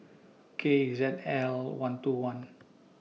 K Z L one two one